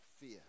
fear